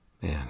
Man